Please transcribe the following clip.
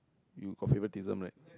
you got favouritism right